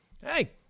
hey